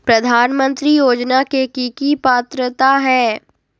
प्रधानमंत्री योजना के की की पात्रता है?